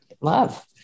love